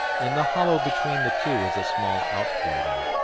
in the hollow between the two is a small outbuilding.